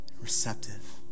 receptive